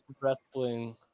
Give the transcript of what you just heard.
Wrestling